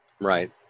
right